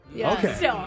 Okay